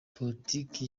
politiki